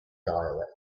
dialect